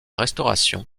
restauration